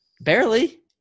Barely